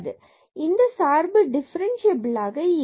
எனவே இந்த சார்பில் டிஃபரன்ஸ்சியபிலாக இல்லை